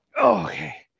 Okay